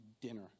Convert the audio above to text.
dinner